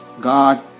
God